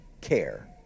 care